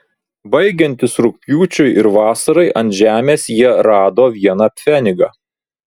baigiantis rugpjūčiui ir vasarai ant žemės jie rado vieną pfenigą